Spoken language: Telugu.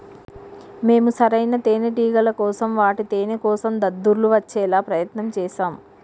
మేము సరైన తేనేటిగల కోసం వాటి తేనేకోసం దద్దుర్లు వచ్చేలా ప్రయత్నం చేశాం